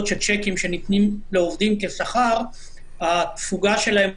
ששיקים שניתנים לעובדים כשכר התפוגה שלהם,